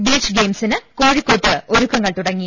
beach ഗെയിംസിന് കോഴിക്കോട്ട് ഒരുക്കങ്ങൾ തുടങ്ങി